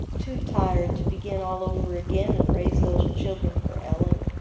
too tired to begin all over again and raise those children for ellen.